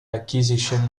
accusation